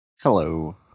Hello